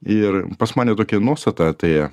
ir pas mane tokią nuostatą atėję